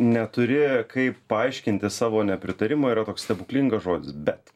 neturi kaip paaiškinti savo nepritarimą yra toks stebuklingas žodis bet